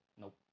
Nope